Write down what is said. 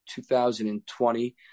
2020